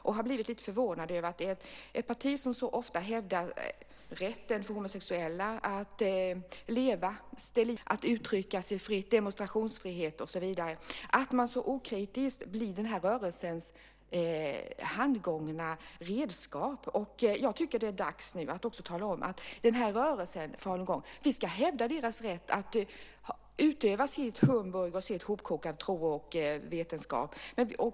Jag har blivit lite förvånad över att ett parti som så ofta hävdar rätten för homosexuella att leva det liv de själva har valt, rätten att uttrycka sig fritt, demonstrationsfrihet och så vidare så okritiskt blir rörelsens handgångna och dess redskap. Det är nu dags att tala om att vi ska hävda rörelsen falungongs rätt att utöva sin humbug och sitt hopkok av tro och vetenskap.